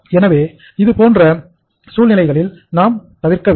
எனவே இதுபோன்ற சூழ்நிலைகளில் நாம் தவிர்க்க வேண்டும்